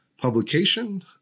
Publication